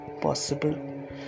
possible